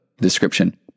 description